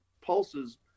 pulses